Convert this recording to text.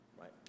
right